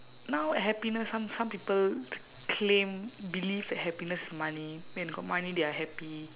now happiness some some people claim believe that happiness is money and got money they are happy